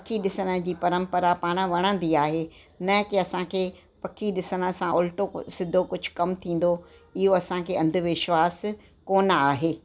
पखी ॾिसण परंपरा पाण वणंदी आहे न की असांखे पखी ॾिसण सां उल्टो को सिधो कुझु कम थींदो इहो असांखे अंधविश्वासु कोन्ह आहे